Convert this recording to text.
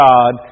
God